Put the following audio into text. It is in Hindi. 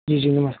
जी जी नमस्ते